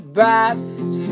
best